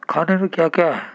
کھانے میں کیا کیا ہے